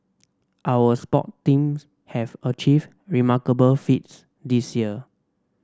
our sport teams have achieved remarkable feats this year